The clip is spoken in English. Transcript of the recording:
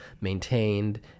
maintained